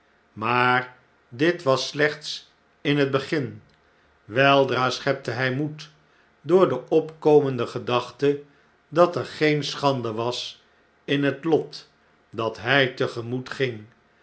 maar dit was slechts in het begin weldra schepte hjj moed door de opkomende gedachte dat er geen schande was in het lot dat hy te gemoet ging